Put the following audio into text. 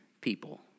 people